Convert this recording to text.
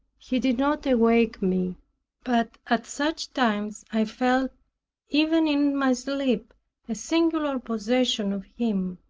he did not awake me but at such times i felt even in my sleep a singular possession of him.